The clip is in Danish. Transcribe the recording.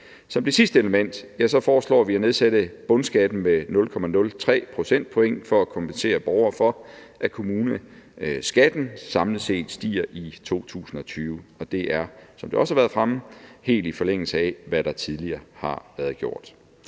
Som det sidste element foreslår vi at nedsætte bundskatten med 0,03 procentpoint for at kompensere borgerne for, at kommuneskatten samlet set stiger i 2020, og det er, som det også har været fremme, helt i forlængelse af, hvad der tidligere er blevet gjort.